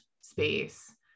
space